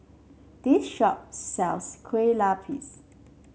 this shop sells Kueh Lupis